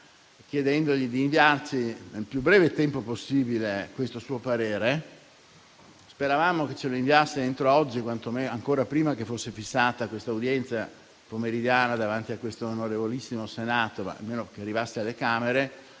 chiedendogli di inviarci nel più breve tempo possibile questo suo parere. Speravamo che lo facesse entro oggi, ancora prima che fosse fissata la seduta pomeridiana davanti a questo onorevolissimo Senato, ma che almeno arrivasse alle Camere;